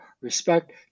respect